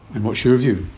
and what's your view?